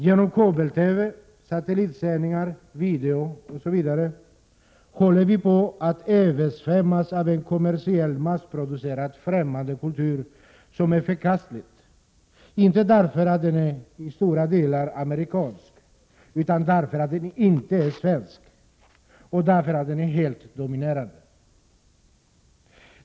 Genom kabel-TV, satellitsändningar, video osv. håller vi på att översvämmas av en kommersiell, massproducerad och främmande kultur som är förkastlig — inte därför att den till stora delar är amerikansk, utan därför att den inte är svensk och därför att den är helt dominerande.